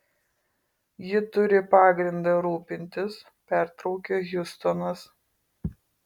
ji turi pagrindą rūpintis pertraukė hjustonas